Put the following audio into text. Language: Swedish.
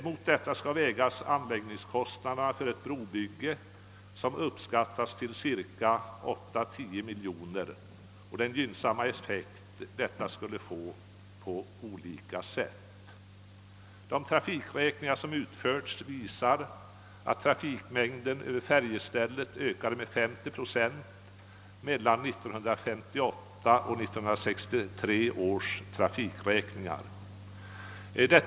Mot dessa kostnader skall vägas anläggningskostnaderna för ett brobygge — de uppskattas till 8—10 miljoner kronor — och den gynnsamma effekt som ett brobygge skulle få i olika avseenden. De trafikberäkningar som utförts visar att trafikmängden över färjstället ökade med 50 procent mellan 1958 och 1963.